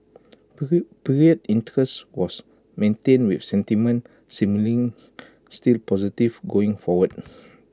period interest was maintained with sentiment seemingly still positive going forward